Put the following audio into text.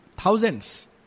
thousands